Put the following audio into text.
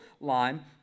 line